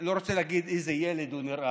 אני לא רוצה להגיד כמו איזה ילד הוא נראה,